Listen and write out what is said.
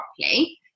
properly